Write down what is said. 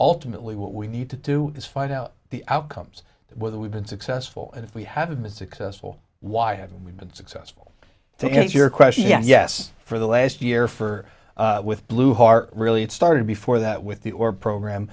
ultimately what we need to do is find out the outcomes whether we've been successful and if we haven't been successful why haven't we been successful to answer your question yes yes for the last year for with blue heart really it started before that with the or program